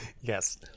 Yes